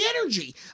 energy